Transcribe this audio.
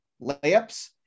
layups